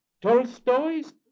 Tolstoy's